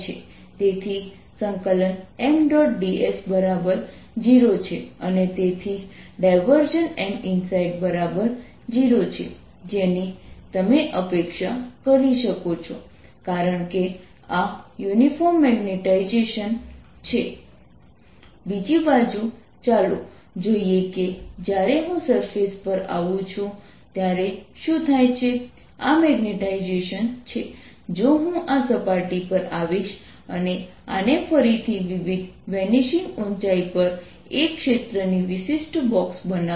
અને આપણે વ્યાખ્યાનોમાં જોયું છે કે બિંદુ r પર આ સ્ફેરિકલ શેલને લીધે પોટેન્શિયલ આ એક્સપ્રેશન દ્વારા આપવામાં આવે છે r ≤ R માટે Vr r30 cosθ છે અને r ≥ R માટે આ પોટેન્શિયલ Vr R330 cosθr2 છે